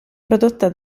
prodotta